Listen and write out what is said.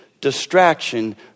distraction